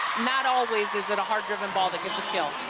not always is it a hard-driven ball that gets you killed.